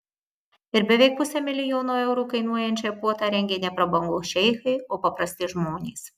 ir beveik pusę milijono eurų kainuojančią puotą rengė ne prabangūs šeichai o paprasti žmonės